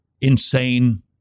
insane